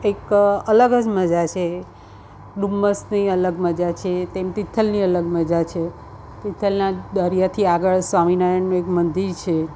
એક અલગ જ મજા છે ડુમસની અલગ મજા છે તેમ તીથલની અલગ મજા છે તિથલના દરિયાથી આગળ સ્વામિનારાયણનું એક મંદિર છે